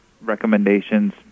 recommendations